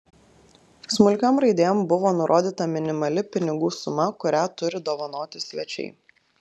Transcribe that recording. smulkiom raidėm buvo nurodyta minimali pinigų suma kurią turi dovanoti svečiai